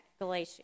Galatia